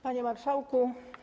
Panie Marszałku!